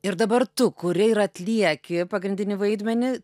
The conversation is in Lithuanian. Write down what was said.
ir dabar tu kuri yra atlieki pagrindinį vaidmenį